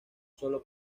solo